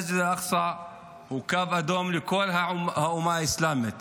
מסגד אל-אקצא הוא קו אדום לכל האומה האסלאמית.